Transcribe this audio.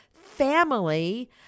family